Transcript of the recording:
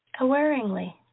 awareingly